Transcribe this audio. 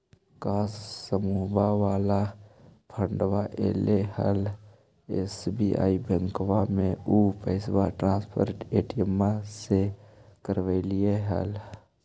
का समुहवा वाला फंडवा ऐले हल एस.बी.आई बैंकवा मे ऊ पैसवा ट्रांसफर पे.टी.एम से करवैलीऐ हल?